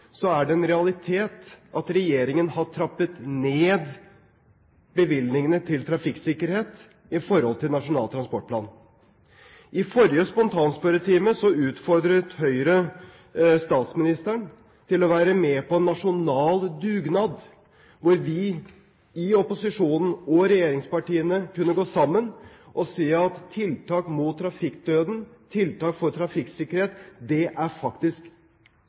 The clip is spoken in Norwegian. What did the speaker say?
er det en realitet at regjeringen har trappet ned bevilgningene til trafikksikkerhet i forhold til Nasjonal transportplan. I forrige spontanspørretime utfordret Høyre statsministeren til å være med på en nasjonal dugnad hvor vi i opposisjonen og regjeringspartiene kunne gå sammen og si at tiltak mot trafikkdøden, tiltak for trafikksikkerhet, er faktisk viktigere enn andre ting. Det er